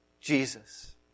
Jesus